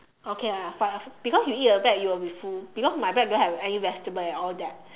okay lah but because you eat the bread you will be full because my bread don't have any vegetable and all that